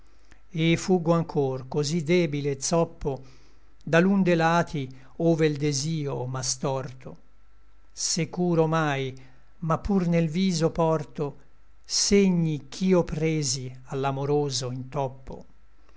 et fuggo anchor cosí debile et zoppo da l'un de lati ove l desio m'à storto securo omai ma pur nel viso porto segni ch'i'ò presi a l'amoroso intoppo